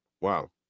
Wow